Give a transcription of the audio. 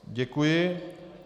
Děkuji.